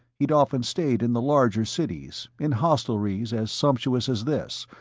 he'd often stayed in the larger cities, in hostelries as sumptuous as this,